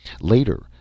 Later